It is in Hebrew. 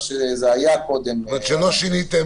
שזה היה קודם --- זאת אומרת שלא שיניתם?